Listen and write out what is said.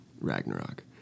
Ragnarok